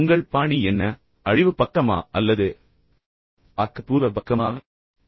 உங்கள் பாணி என்ன நீங்கள் அழிவு பக்கத்தில் அல்லது ஆக்கபூர்வமான பக்கத்தில் இருக்கிறீர்களா